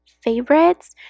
favorites